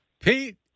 Pete